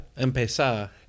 empezar